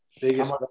biggest